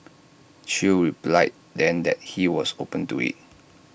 chew replied then that he was open to IT